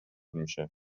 میشه